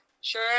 Sure